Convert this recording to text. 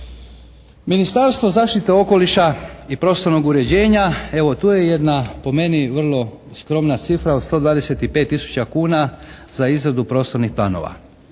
Ministarstvo zaštite okoliša i prostornog uređenja evo tu je jedna po meni vrlo skromna cifra od 125 tisuća kuna za izradu prostornih planova.